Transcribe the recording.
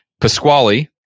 Pasquale